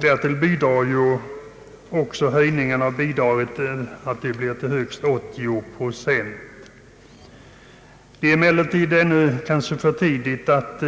Därtill medverkar också höjningen av bidragsandelen till högst 80 procent. Det är emellertid ännu för tidigt att